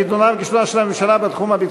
חדלונה וכישלונה של הממשלה בתחום המדיני,